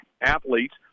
athletes